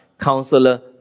Counselor